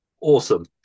awesome